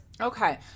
Okay